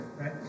right